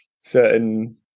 certain